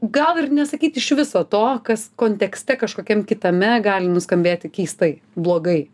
gal ir nesakyt iš viso to kas kontekste kažkokiam kitame gali nuskambėti keistai blogai